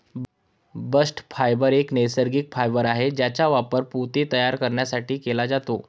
bast fibre एक नैसर्गिक fibre आहे ज्याचा वापर पोते तयार करण्यासाठी केला जातो